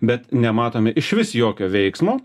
bet nematome išvis jokio veiksmo